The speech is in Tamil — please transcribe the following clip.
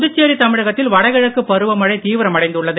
புதுச்சேரி தமிழகத்தில் வடகிழக்கு பருவமழை தீவிரமடைந்துள்ளது